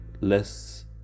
less